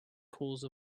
cause